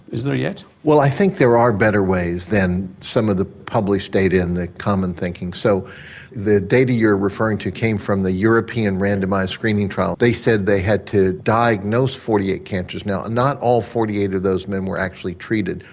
is there yet? well i think there are better ways than some of the published data and the common thinking. so the data you're referring to came from the european randomised screening trial, they said they had to diagnose forty eight cancers. now not all forty eight of those men were actually treated,